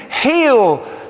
heal